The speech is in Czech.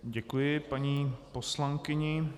Děkuji paní poslankyni.